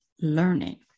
learning